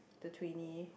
the twinny